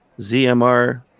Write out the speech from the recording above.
ZMR